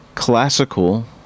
Classical